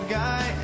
guy